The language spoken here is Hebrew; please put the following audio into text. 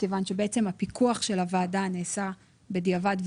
כיוון שהפיקוח של הוועדה נעשה בדיעבד,